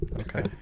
Okay